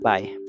Bye